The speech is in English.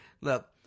Look